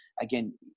again